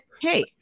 hey